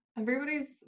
everybody's